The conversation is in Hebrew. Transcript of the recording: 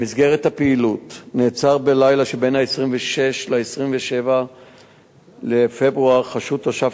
במסגרת הפעילות נעצר בלילה שבין 26 ל-27 לפברואר חשוד תושב